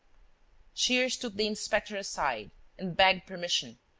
shears took the inspector aside and begged permission,